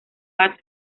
bad